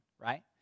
right